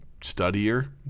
studier